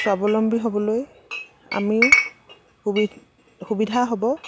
স্বাৱলম্বী হ'বলৈ আমিও সুবি সুবিধা হ'ব